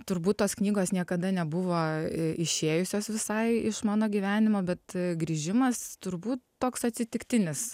turbūt tos knygos niekada nebuvo išėjusios visai iš mano gyvenimo bet grįžimas turbūt toks atsitiktinis